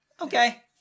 Okay